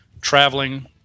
traveling